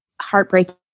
heartbreaking